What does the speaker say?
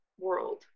world